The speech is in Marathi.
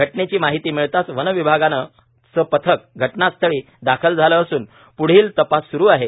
घटलेची माहिती मिळताच वन विभागाचं पथक घटनास्थळी दाखल झालं असून पुढील तपास सुरू आहे